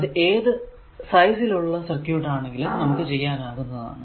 അത് ഏതു സൈസിൽ ഉള്ള സർക്യൂട് ആണെങ്കിലും നമുക്ക് ചെയ്യാനാകുന്നതാണ്